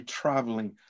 traveling